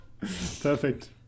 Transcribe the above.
Perfect